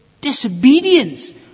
disobedience